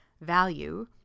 value